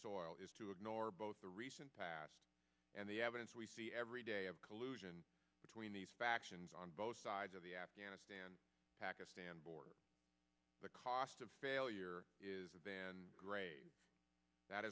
soil is to ignore both the recent past and the evidence we see every day of collusion between these factions on both sides of the afghanistan pakistan border the cost of failure is then gray that